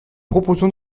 proposons